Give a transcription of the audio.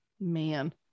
man